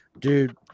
Dude